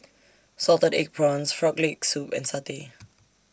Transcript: Salted Egg Prawns Frog Leg Soup and Satay